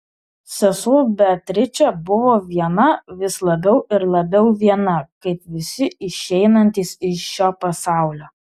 sesuo beatričė buvo viena vis labiau ir labiau viena kaip visi išeinantys iš šio pasaulio